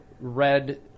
red